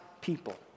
people